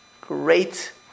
great